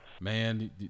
Man